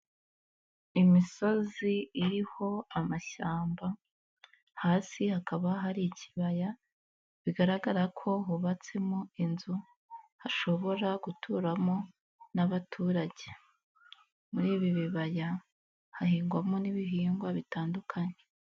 Imisozi iriho amashyamba, hasi hakaba hari ikibaya bigaragara ko hubatsemo inzu hashobora guturamo n'abaturage, muri ibi bibaya hahingwamo n'ibihingwa bitandukanye.